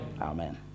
Amen